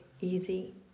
easy